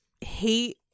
hate